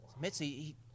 Mitzi